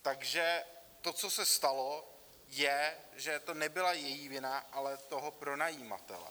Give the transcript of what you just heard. Takže to, co se stalo, je, že to nebyla její vina, ale toho pronajímatele.